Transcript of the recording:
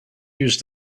used